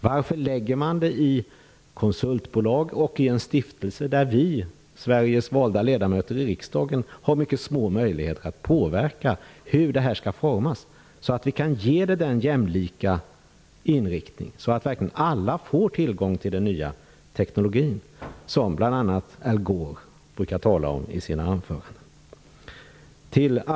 Varför lägger man över detta på ett konsultbolag och en stiftelse där vi, valda ledamöter i Sveriges riksdag, har mycket små möjligheter att påverka hur det skall formas och ge det en jämlik inriktning så att alla verkligen får tillgång till den nya teknologin, som bl.a. Al Gore brukar tala om i sina anföranden?